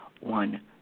one